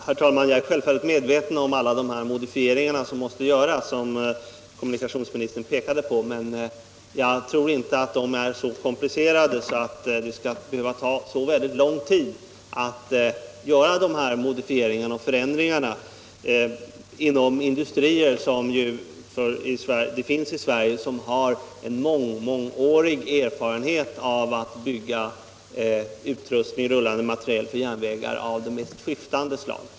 Herr talman! Jag är självfallet medveten om alla de modifieringar som måste göras och som kommunikationsministern framhöll, men jag tror inte att de är så komplicerade att det skall behöva ta särskilt lång tid att göra de förändringarna inom de industrier som vi har i Sverige och som har mångårig erfarenhet av att bygga utrustning i rullande materiel för järnvägar av det mest skiftande slag.